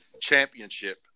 Championship